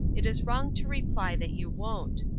it is wrong to reply that you won't.